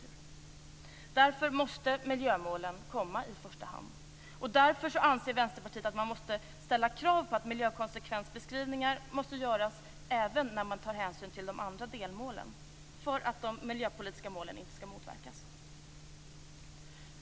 Därför måste miljömålen komma i första hand. Därför anser också Vänsterpartiet att man måste ställa krav på att miljökonsekvensbeskrivningar skall göras även när man tar hänsyn till de andra delmålen för att de miljöpolitiska målen inte skall motverkas.